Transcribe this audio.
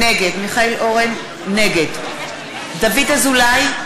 נגד דוד אזולאי,